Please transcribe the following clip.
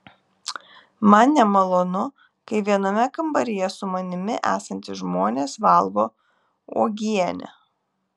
man nemalonu kai viename kambaryje su manimi esantys žmonės valgo uogienę